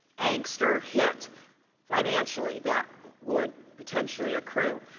angst or hit financially that would potentially accrue.